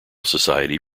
society